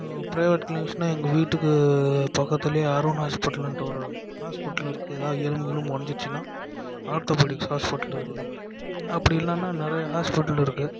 private கிளினிக்ஸ்னா எங்கள் வீட்டுக்கு பக்கத்துலையே அருண் ஹாஸ்பிட்டல்னுட்டு ஒரு ஹாஸ்பிட்டல் இருக்கு எதாவது எலும்பு கிலும்பு ஒடஞ்சிட்ச்சின்னா ஆர்த்தோபிடிக்ஸ் ஹாஸ்பிட்டல் இருக்குது அப்படி இல்லைன்னா நிறையா ஹாஸ்பிட்டல் இருக்கு